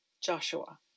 Joshua